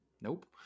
Nope